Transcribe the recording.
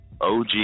OG